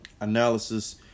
analysis